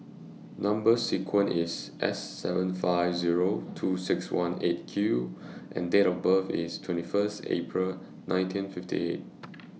Number sequence IS S seven five Zero two six one eight Q and Date of birth IS twenty First April nineteen fifty eight